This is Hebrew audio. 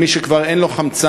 על מי שכבר אין לו חמצן,